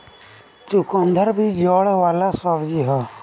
चुकंदर भी जड़ वाला सब्जी हअ